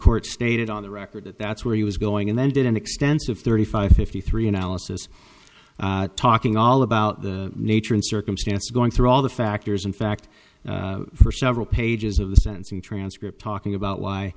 court stated on the record that that's where he was going and then did an extensive thirty five fifty three analysis talking all about the nature and circumstance going through all the factors in fact for several pages of the sentencing transcript talking about why